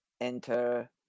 enter